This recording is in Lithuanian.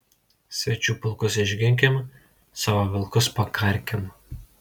svečių pulkus išginkim savo vilkus pakarkim